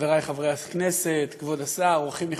חברי חברי הכנסת, כבוד השר, אורחים נכבדים,